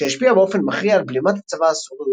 שהשפיעה באופן מכריע על בלימת הצבא הסורי,